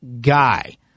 guy